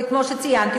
כמו שציינתי,